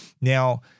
Now